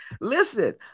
Listen